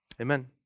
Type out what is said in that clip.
amen